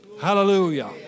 Hallelujah